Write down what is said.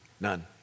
None